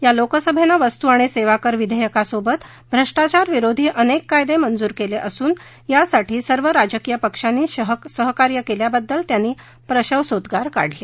या लोकसभेनं वस्तू आणि सेवा कर विधेयकासोबत भ्रष्टाचारविरोधी अनेक कायदे मंजूर केले असून यासाठी सर्व राजकीय पक्षांनी सहकार्य केल्याबद्दल त्यांनी प्रशंसेचे उदगार काढले